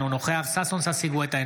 אינו נוכח ששון ששי גואטה,